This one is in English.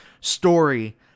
story